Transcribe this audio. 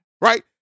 right